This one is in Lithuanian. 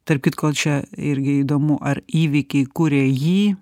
tarp kitko čia irgi įdomu ar įvykiai kuria jį